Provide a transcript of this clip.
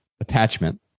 attachment